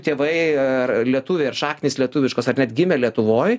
tėvai ar lietuviai ar šaknys lietuviškos ar net gimę lietuvoj